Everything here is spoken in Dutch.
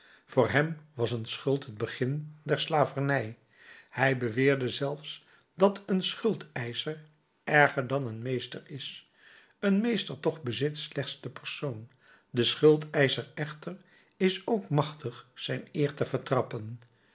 voor hem was een schuld het begin der slavernij hij beweerde zelfs dat een schuldeischer erger dan een meester is een meester toch bezit slechts den persoon de schuldeischer echter is ook machtig zijn eer